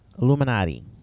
Illuminati